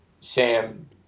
Sam